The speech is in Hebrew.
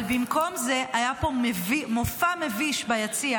אבל במקום זה היה פה מופע מביש ביציע